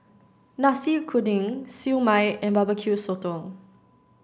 Nasi Kuning Siew Mai and Barbecue Sotong